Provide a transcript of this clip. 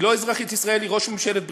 היא לא אזרחית ישראל, היא ראש ממשלת בריטניה: